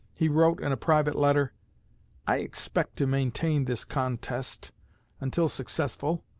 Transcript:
he wrote in a private letter i expect to maintain this contest until successful,